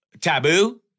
taboo